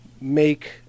make